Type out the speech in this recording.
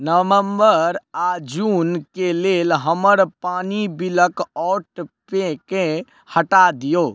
नवंबर आ जून के लेल हमर पानी बिलक ऑटपेकेँ हटा दियौ